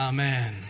Amen